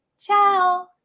Ciao